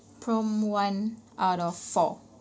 prompt one out of four